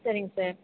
சரிங்க சார்